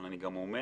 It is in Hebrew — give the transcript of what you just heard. אבל אני גם אומר,